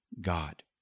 God